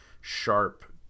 sharp